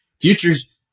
futures